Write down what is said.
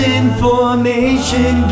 information